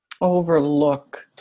overlook